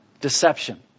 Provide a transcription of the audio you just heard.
Deception